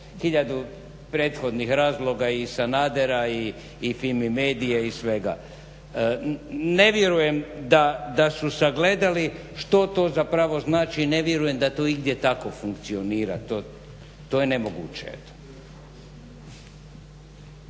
tisuću prethodnih razloga i Sanadera, i FIMI MEDIA i svega. Ne vjerujem da su sagledali što to zapravo znači, ne vjerujem da to igdje tako funkcionira, to je nemoguće,